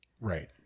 Right